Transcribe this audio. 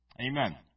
Amen